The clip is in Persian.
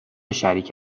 شریک